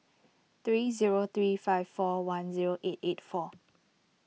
three zero three five four one zero eight eight four